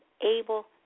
able